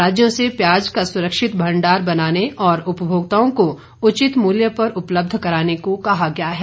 राज्यों से प्याज का सुरक्षित भंडार बनाने और उपभोक्ताओं को उचित मूल्य पर उपलब्ध कराने को कहा गया है